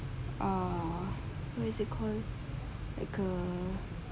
ah what is it call